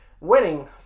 winning